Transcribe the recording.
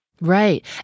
Right